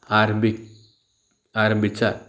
ആരംഭിച്ച